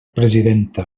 presidenta